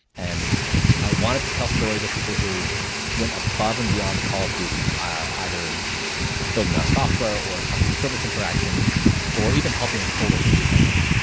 and i wanted to tell stories of people who went above and beyond the call of duty, either in building our software or customer service interaction or even helping a coworker do something.